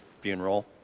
funeral